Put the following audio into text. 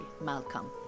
Malcolm